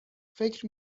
فکر